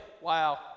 Wow